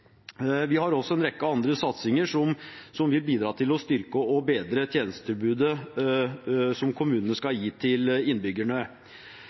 Vi har også en rekke andre satsinger som vil bidra til å styrke og bedre tjenestetilbudet som kommunene skal gi til innbyggerne.